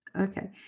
Okay